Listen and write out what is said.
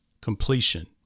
completion